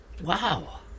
Wow